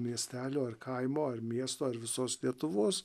miestelio ar kaimo ar miesto ar visos lietuvos